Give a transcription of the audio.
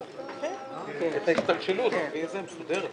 הישיבה ננעלה בשעה 14:00.